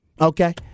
Okay